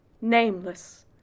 Nameless